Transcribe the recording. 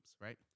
right